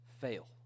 fail